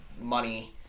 money